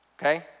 okay